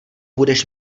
budeš